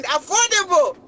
Affordable